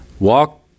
walk